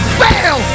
fail